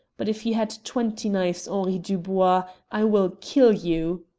but if you had twenty knives, henri dubois, i will kill you!